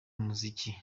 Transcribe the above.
umuziki